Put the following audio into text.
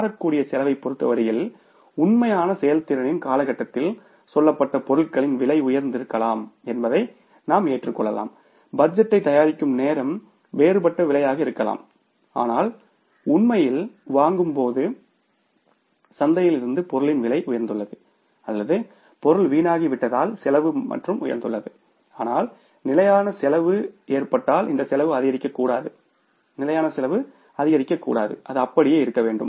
மாறக்கூடிய செலவைப் பொறுத்தவரையில் உண்மையான செயல்திறனின் காலகட்டத்தில் சொல்லப்பட்ட பொருட்களின் விலை உயர்ந்து இருக்கலாம் என்பதை நாம் ஏற்றுக் கொள்ளலாம் பட்ஜெட்டை தயாரிக்கும் நேரம் வேறுபட்ட விலையாக இருக்கலாம் ஆனால் உண்மையில் வாங்கும் போது சந்தையில் இருந்து பொருளின் விலை உயர்ந்துள்ளது அல்லது பொருள் வீணாகிவிட்டதால் செலவு மற்றும் உயர்ந்துள்ளது ஆனால் நிலையான செலவு ஏற்பட்டால் இந்த செலவு அதிகரிக்கக்கூடாது நிலையான செலவு அதிகரிக்கக்கூடாது அது அப்படியே இருக்க வேண்டும்